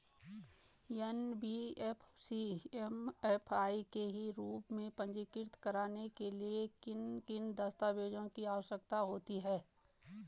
NBFC MFI के रूप में पंजीकृत कराने के लिए किन किन दस्तावेज़ों की आवश्यकता होती है?